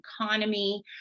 economy